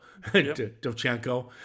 Dovchenko